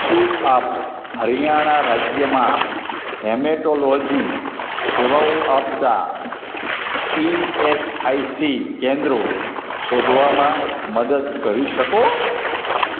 શું આપ હરિયાણા રાજ્યમાં હેમેટોલોજી સેવાઓ આપતાં ઇ એસ આઇ સી કેન્દ્રો શોધવામાં મદદ કરી શકો